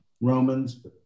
Romans